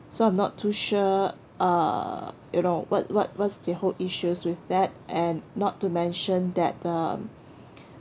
so I'm not too sure uh you know what what what's the whole issues with that and not to mention that um